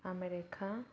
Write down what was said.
America